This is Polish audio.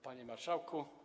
Panie Marszałku!